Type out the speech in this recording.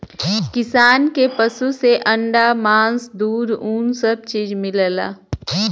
किसान के पसु से अंडा मास दूध उन सब चीज मिलला